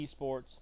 esports